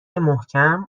محکم